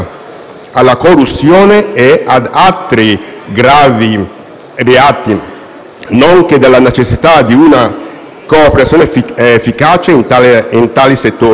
alla corruzione e ad altri reati gravi, nonché della necessità di una cooperazione efficace in tali settori.